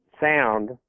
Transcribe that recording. sound